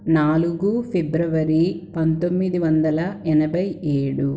నాలుగు ఫిబ్రవరి పంతొమ్మిది వందల ఎనభై ఏడు